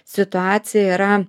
situacija yra